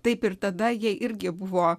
taip ir tada jei irgi buvo